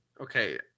Okay